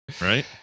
right